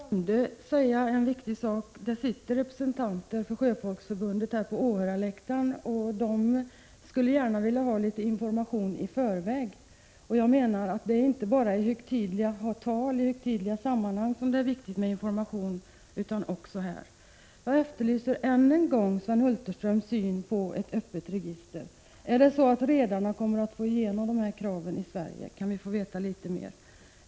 Fru talman! Jag glömde att säga en viktig sak. Det sitter representanter från Sjöfolksförbundet på åhörarläktaren, och de skulle gärna vilja ha litet information i förväg. Jag menar att det inte bara är i högtidliga tal i högtidliga sammanhang som det är viktigt med information, utan också här. Jag efterlyser än en gång Sven Hulterströms syn på ett öppet register. Är det så att redarna kommer att få igenom kravet på det i Sverige? Kan vi få veta litet mer om det!